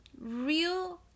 real